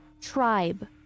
tribe